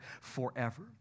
forever